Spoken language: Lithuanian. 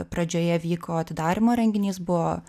pradžioje vyko atidarymo renginys buvo